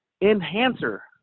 enhancer